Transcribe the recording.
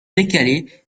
décalé